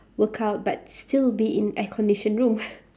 work out but still be in air-conditioned room